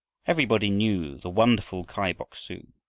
everybody knew the wonderful kai bok-su.